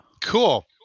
cool